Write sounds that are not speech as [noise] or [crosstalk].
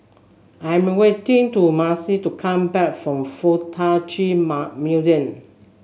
I am waiting to Misti to come back from FuK Tak Chi [unintelligible] Museum